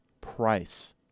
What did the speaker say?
price